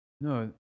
No